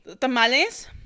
tamales